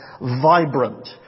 vibrant